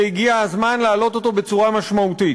והגיע הזמן להעלות אותו בצורה משמעותית.